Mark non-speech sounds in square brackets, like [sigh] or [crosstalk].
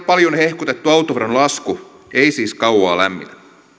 [unintelligible] paljon hehkutettu autoveron lasku ei siis kauaa lämmitä